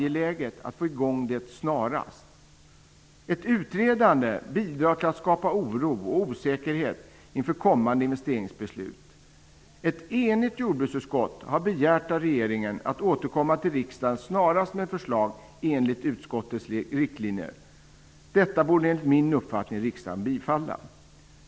Ett utredande bidrar till att skapa oro och osäkerhet inför kommande investeringsbeslut. Ett enigt jordbruksutskott har begärt att regeringen snarast skall återkomma till riksdagen med förslag i enlighet med utskottets riktlinjer. Detta borde, enligt min uppfattning, riksdagen bifalla.